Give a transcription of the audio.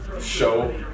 show